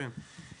כן כן.